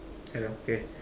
hello okay